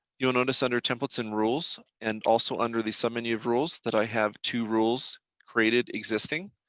you will notice under templates and rules and also under the submenu of rules that i have two rules created existing.